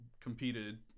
competed